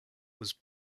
was